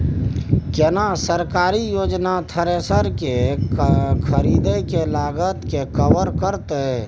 केना सरकारी योजना थ्रेसर के खरीदय के लागत के कवर करतय?